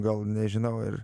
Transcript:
gal nežinau ir